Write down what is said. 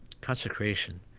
consecration